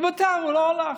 לבית"ר הוא לא הלך,